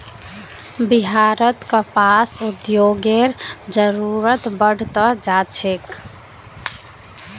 बिहारत कपास उद्योगेर जरूरत बढ़ त जा छेक